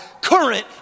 current